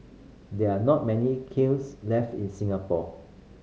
there are not many kilns left in Singapore